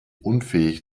unfähig